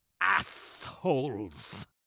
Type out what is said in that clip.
assholes